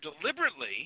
deliberately